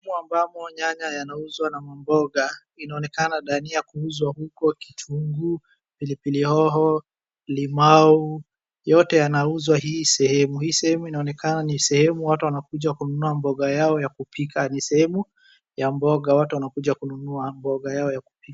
Humu ambapo nyanya yanauzwa na mamboga inaonekana dania kuuzwa huko kitunguu, pilipili hoho, limau yote yanauzwa hii sehemu. Hii sehemu inaonekana ni sehemu watu wanakuja kununua mboga yao ya kupika, ni sehemu ya mboga watu wanakuja kununua mboga yao ya kupika.